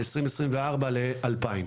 וב-2024 ל-2,000.